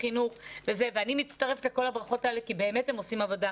החינוך ואני מצטרפת לכל הברכות האלה כי באמת הם עושים עבודה.